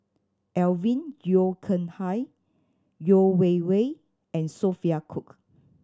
Alvin Yeo Khirn Hai Yeo Wei Wei and Sophia Cooke